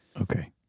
Okay